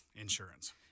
insurance